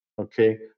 Okay